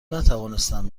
نتوانستم